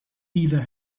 either